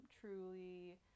Truly